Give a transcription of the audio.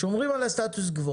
שומרים על הסטטוס-קוו.